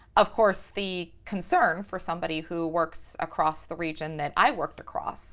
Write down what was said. of course, the concern for somebody who works across the region that i worked across